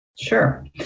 Sure